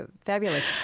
fabulous